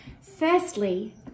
Firstly